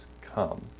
come